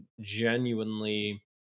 genuinely